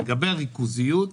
לגבי הריכוזיות,